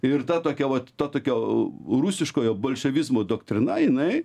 ir ta tokia vat ta tokio rusiškojo bolševizmo doktrina jinai